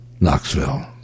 Knoxville